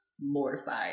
mortified